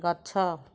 ଗଛ